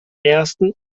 ersten